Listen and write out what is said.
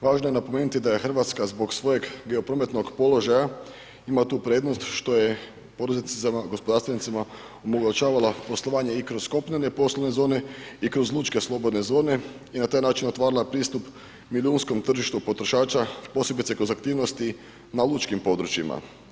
Važno je napomenuti da Hrvatska zbog svojeg geoprometnog položaja ima tu prednost što je poduzetnicima, gospodarstvenicima omogućavala poslovanje i kroz kopnene poslovne zone i kroz lučke slobodne zone i na taj način otvarala pristup milijunskom tržištu potrošača posebice kroz aktivnosti na lučkim područjima.